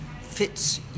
fits